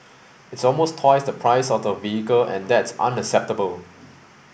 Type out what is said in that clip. it's almost twice the price of the vehicle and that's unacceptable